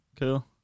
Cool